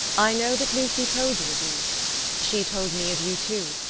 i know that lucy told you of me she told me of you too.